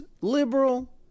liberal